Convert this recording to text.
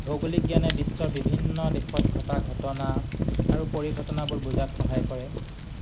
ভৌগোলিক জ্ঞানে বিশ্বৰ বিভিন্ন দেশত ঘটা ঘটনা আৰু পৰিঘটনাবোৰ বুজাত সহায় কৰে